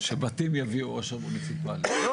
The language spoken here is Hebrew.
מיכאל מרדכי ביטון (יו"ר ועדת הכלכלה): לגבי מה?